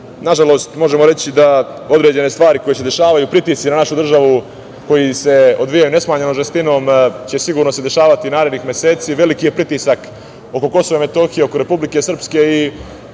Nažalost, možemo reći da određene stvari koje se dešavaju, pritisci na našu državu koji se odvijaju nesmanjenom žestinom će se sigurno dešavati narednih meseci. Veliki je pritisak oko Kosova i Metohije, oko Republike Srpske.